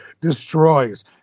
destroys